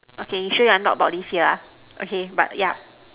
okay you sure you want to talk this year lah okay but yeah